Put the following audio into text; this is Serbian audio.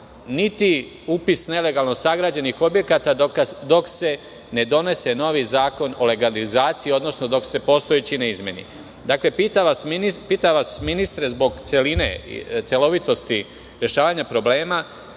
niti upis nelegalno sagrađenih objekata, dok se ne donese novi zakon o legalizaciji, odnosno dok se postojeći ne izmeni. Dakle, pitam vas, ministre, zbog celovitosti rešavanja problema,